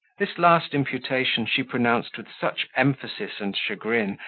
this last imputation she pronounced with such emphasis and chagrin,